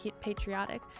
patriotic